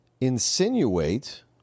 insinuate